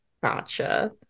Gotcha